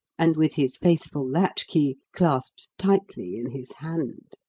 and with his faithful latch-key clasped tightly in his hand.